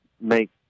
make